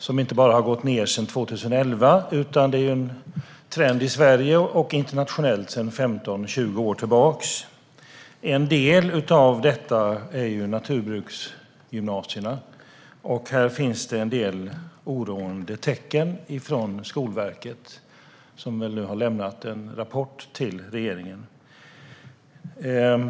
Det har inte bara gått ned sedan 2011, utan detta är en trend i Sverige och internationellt sett sedan 15-20 år tillbaka. En del av yrkesprogrammen är naturbruksgymnasierna. I en rapport till regeringen från Skolverket kan vi se vissa oroande tecken.